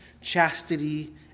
chastity